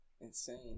insane